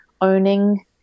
owning